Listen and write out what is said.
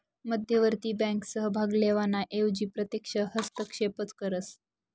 मध्यवर्ती बँक सहभाग लेवाना एवजी प्रत्यक्ष हस्तक्षेपच करस